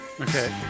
Okay